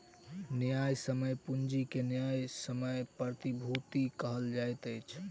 न्यायसम्य पूंजी के न्यायसम्य प्रतिभूति कहल जाइत अछि